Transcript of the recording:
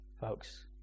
folks